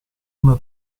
una